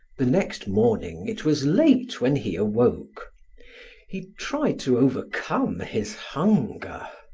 the next morning it was late when he awoke he tried to overcome his hunger.